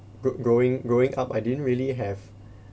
grow growing growing up I didn't really have